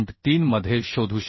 3 मध्ये शोधू शकता